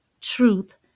truth